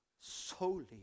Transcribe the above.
solely